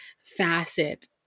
facet